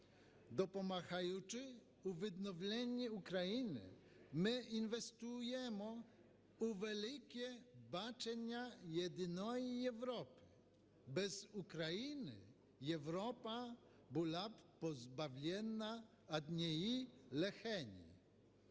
Допомагаючи у відновленні України, ми інвестуємо у велике бачення єдиної Європи. Без України Європа була б позбавлена однієї легені.